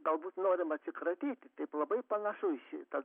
galbūt norima atsikratyti taip labai panašu į šitą